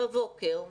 בבוקר,